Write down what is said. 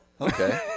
Okay